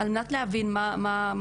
על מנת להבין מה קורה.